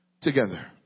together